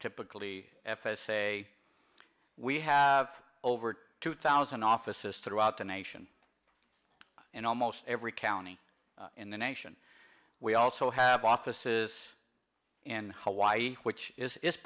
typically f s a we have over two thousand offices throughout the nation in almost every county in the nation we also have offices in hawaii which is